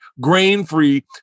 grain-free